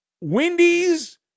Wendy's